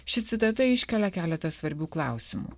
ši citata iškelia keletą svarbių klausimų